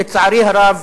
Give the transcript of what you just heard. לצערי הרב,